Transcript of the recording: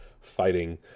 fighting